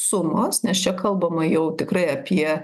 sumos nes čia kalbama jau tikrai apie